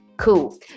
Cool